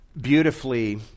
beautifully